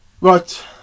Right